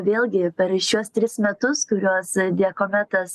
vėlgi per šiuos tris metus kuriuos diakometas